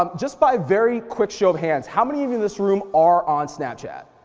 um just by very quick show of hands, how many of you in this room are on snapchat?